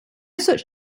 such